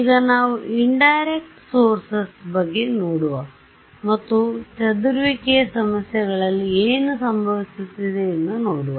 ಈಗ ನಾವು indirect sources ಬಗ್ಗೆ ನೋಡುವ ಮತ್ತು ಚದುರುವಿಕೆಯ ಸಮಸ್ಯೆಗಳಲ್ಲಿ ಏನು ಸಂಭವಿಸುತ್ತದೆ ಎಂದು ನೋಡುವ